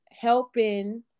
helping